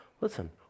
listen